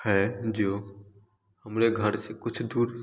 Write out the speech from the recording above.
है जो हमरे घर से कुछ दूर